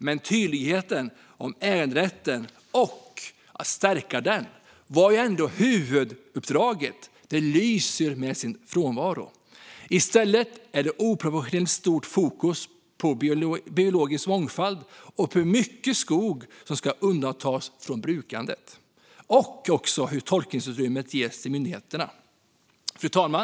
Men den tydlighet om äganderätten och att stärka den som var huvuduppdraget lyser med sin frånvaro. I stället är det oproportionerligt stort fokus på biologisk mångfald, hur mycket skog som ska undantas från brukande och tolkningsutrymmet som ska ges till myndigheterna. Fru talman!